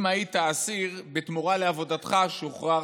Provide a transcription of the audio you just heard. אם היית אסיר, בתמורה לעבודתך, שוחררת,